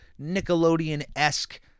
Nickelodeon-esque